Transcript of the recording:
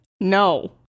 no